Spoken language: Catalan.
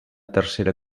tercera